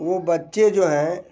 वो बच्चे जो हैं